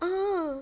ah